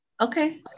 Okay